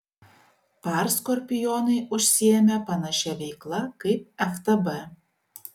par skorpionai užsiėmė panašia veikla kaip ftb